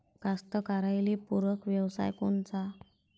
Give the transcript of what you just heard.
कास्तकाराइले पूरक व्यवसाय कोनचा?